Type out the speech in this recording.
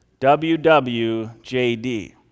WWJD